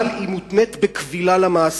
אבל היא מותנית בכבילה למעסיק.